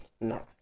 no